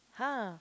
!huh!